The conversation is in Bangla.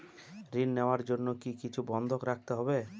ঋণ নেওয়ার জন্য কি কিছু বন্ধক রাখতে হবে?